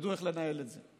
תדעו איך לנהל את זה.